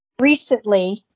recently